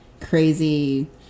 crazy